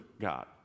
god